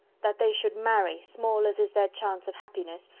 that they should marry, small as is their chance of happiness,